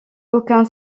aucun